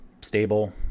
stable